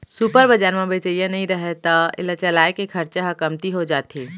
super बजार म बेचइया नइ रहय त एला चलाए के खरचा ह कमती हो जाथे